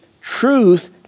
truth